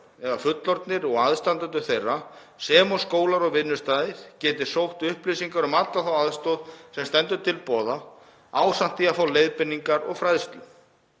eða fullorðna og aðstandendur þeirra, sem og skólar og vinnustaðir geti sótt upplýsingar um alla þá aðstoð sem stendur þeim til boða ásamt því að fá leiðbeiningar og fræðslu.